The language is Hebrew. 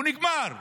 נגמר.